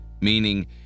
meaning